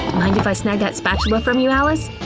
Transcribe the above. mind if i snag that spatula from you, alice?